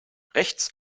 rechts